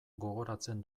gogoratzen